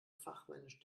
fachmännisch